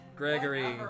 Gregory